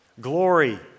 Glory